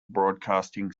broadcasting